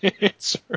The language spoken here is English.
answer